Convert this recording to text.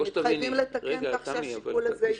הם מתחייבים לתקן כך שהשיקול הזה ייכנס.